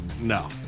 no